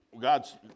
God's